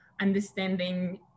understanding